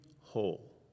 whole